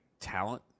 talent